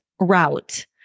route